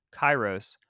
kairos